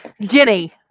Jenny